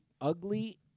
ugly